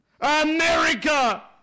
America